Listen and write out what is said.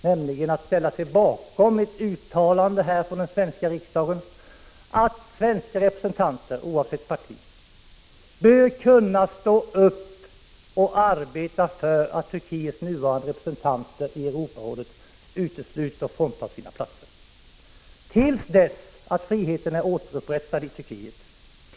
Vi yrkar att riksdagen skall göra ett uttalande att svenska representanter oavsett parti bör kunna stå upp och arbeta för att Turkiets nuvarande representanter i Europarådet utesluts och fråntas sina platser, till dess att friheten är återupprättad i Turkiet.